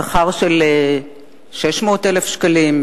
שכר של 600,000 שקלים,